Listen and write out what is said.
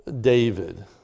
David